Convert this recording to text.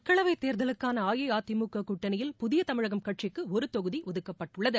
மக்களவை தேர்தலுக்கான அஇஅதிமுக கூட்டணியில் புதிய தமிழகம் கட்சிக்கு ஒரு தொகுதி ஒதுக்கப்பட்டுள்ளது